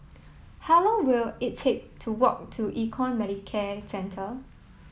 how long will it take to walk to Econ Medicare Centre